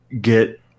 get